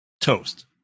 toast